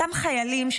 אותם חיילים,